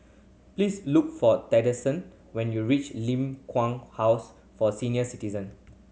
please look for when you reach Ling Kwang House for Senior Citizen